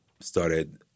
started